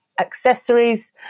accessories